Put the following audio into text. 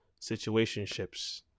situationships